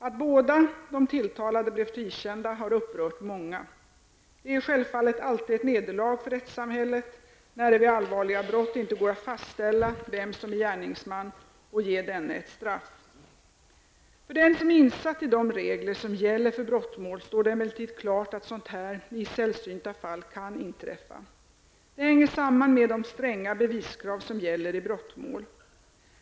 Att båda de tilltalade blev frikända har upprört många. Det är självfallet alltid ett nederlag för rättssamhället när det vid allvarliga brott inte går att fastställa vem som är gärningsman och ge denne ett straff. För den som är insatt i de regler som gäller för brottmål står det emellertid klart att sådant här i sällsynta fall kan inträffa. Det hänger samman med de stränga beviskrav som gäller i brottmål.